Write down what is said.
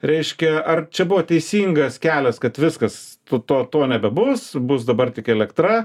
reiškia ar čia buvo teisingas kelias kad viskas tu to to nebebus bus dabar tik elektra